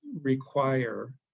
require